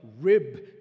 rib